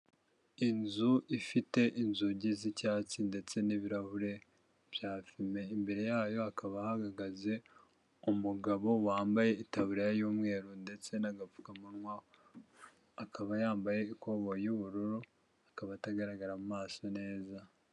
Inzu ifite inzugi z'icyatsi ndetse n'ibirahure bya fime, imbere yayo akaba ahagaze umugabo wambayetaburiya y'umweru ndetse n'agapfukamunwa akaba yambaye ikobo y'ubururu akaba atagaragara mu maso neza.